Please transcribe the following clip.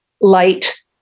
light